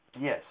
Yes